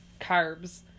carbs